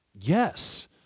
Yes